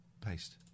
Paste